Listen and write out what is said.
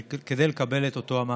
כדי לקבל את אותו המענה.